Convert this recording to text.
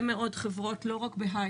לא רק בהייטק,